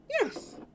Yes